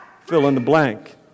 fill-in-the-blank